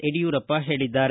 ಯಡಿಯೂರಪ್ಪ ಹೇಳಿದ್ದಾರೆ